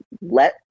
let